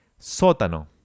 Sótano